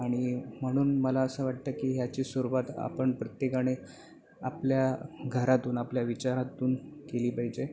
आणि म्हणून मला असं वाटतं की ह्याची सुरुवात आपण प्रत्येकाने आपल्या घरातून आपल्या विचारातून केली पाहिजे